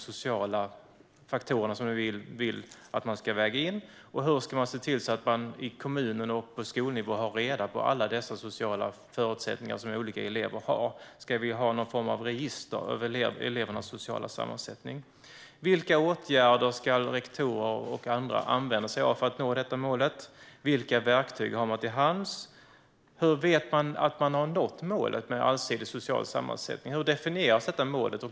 Hur ska man se till att man i kommunen och på skolnivå har reda på alla elevers sociala förutsättningar? Ska vi ha någon form av register över elevernas sociala sammansättning? Vilka åtgärder ska rektorer och andra använda sig av för att nå detta mål? Vilka verktyg har man till hands? Hur vet man att man har nått målet med en allsidig social sammansättning? Hur definieras detta mål?